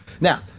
Now